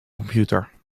computer